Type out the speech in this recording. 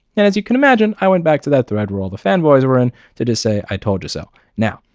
and as you can imagine i went back to that thread where all the fanboys were in to to say i told you so. now,